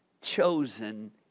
chosen